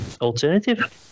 alternative